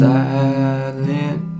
Silent